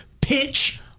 pitch